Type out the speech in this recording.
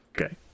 okay